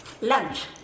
lunch